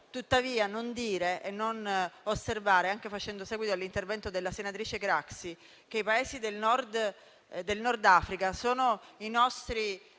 tuttavia non osservare, anche facendo seguito all'intervento della senatrice Craxi, che i Paesi del Nord Africa sono la nostra